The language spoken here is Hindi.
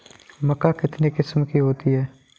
मक्का कितने किस्म की होती है?